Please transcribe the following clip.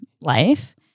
life